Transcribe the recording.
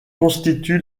constitue